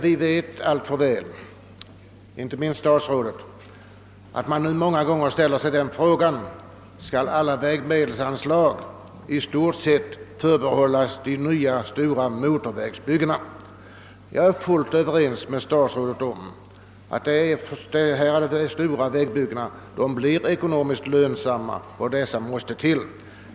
Vi vet alla, inte minst herr statsrådet, alltför väl att man nu många gånger ställer sig frågan om alla vägmedelsanslag i stort sett skall förbehållas de nya, stora motorvägarna. Jag är fullt överens med herr statsrådet om att de stora vägbyggena blir ekonomiskt lönsamma och att de måste utföras.